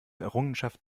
errungenschaft